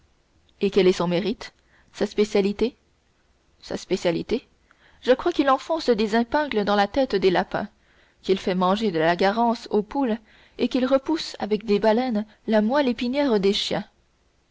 et quel est son mérite sa spécialité sa spécialité je crois qu'il enfonce des épingles dans la tête des lapins qu'il fait manger de la garance aux poules et qu'il repousse avec des baleines la moelle épinière des chiens